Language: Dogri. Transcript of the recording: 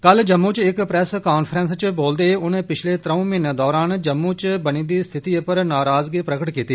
कल जम्मू च इक प्रेस कांफ्रेस च बोलदे होई उनें पिच्छले त्रौं मीहनें दौरान जम्मू च बनी दी स्थिति पर नाराज़गी प्रकट कीती